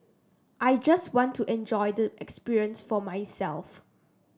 I just wanted to enjoy the experience for myself